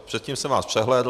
Předtím jsem vás přehlédl.